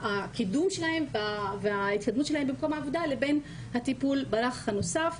הקידום שלהן וההתקדמות שלהן במקום העבודה לבין הטיפול ברך הנוסף.